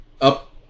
up